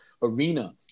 Arena